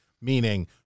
Meaning